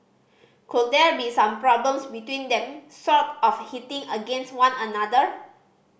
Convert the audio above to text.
could there be some problems between them sort of hitting against one another